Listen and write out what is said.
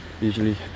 usually